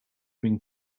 been